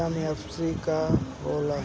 MFC का होला?